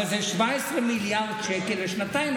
אבל זה 17 מיליארד שקל לשנתיים,